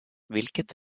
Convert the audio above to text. vilket